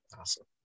Awesome